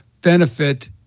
benefit